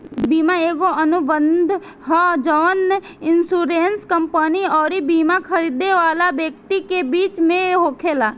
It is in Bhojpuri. बीमा एगो अनुबंध ह जवन इन्शुरेंस कंपनी अउरी बिमा खरीदे वाला व्यक्ति के बीच में होखेला